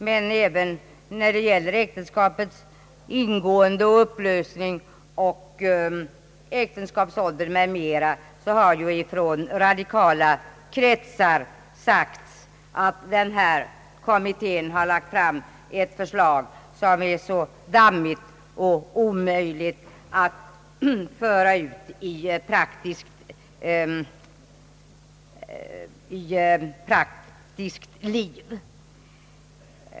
Men även när det gäller äktenskaps ingående och upplösning, äktenskapsåldern m.m. har från radikala kretsar sagts att kommittén har lagt fram ett förslag som är så dammigt att det är omöjligt att föra ut i det praktiska livet.